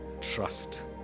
trust